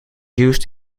used